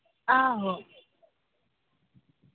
आहो